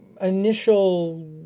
initial